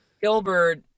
Gilbert